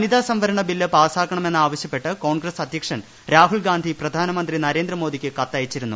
വനിതാ സംവരണ ബില്ല് പാസാക്കണമെന്നാവശ്യപ്പെട്ട് കോൺഗ്രസ് അദ്ധ്യക്ഷൻ രാഹുൽഗാന്ധി പ്രധാനമന്ത്രി നരേന്ദ്രമോദിക്ക് കത്തയച്ചിരുന്നു